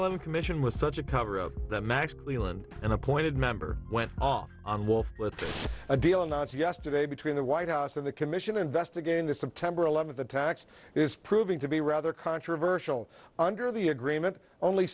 eleven commission was such a cover up that max cleeland an appointed member went off on wolf with a deal announced yesterday between the white house and the commission investigating the september eleventh attacks is proving to be rather controversial under the agreement only